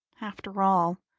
after all,